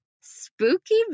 spooky